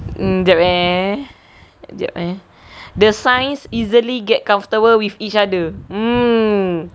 mm jap eh jap eh the signs easily get comfortable with each other mm